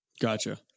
Gotcha